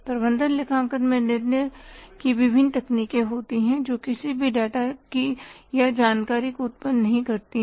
प्रबंधन लेखांकन में निर्णय की विभिन्न तकनीकें होती हैं जो किसी भी डेटा या जानकारी को उत्पन्न नहीं करती हैं